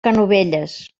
canovelles